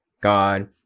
God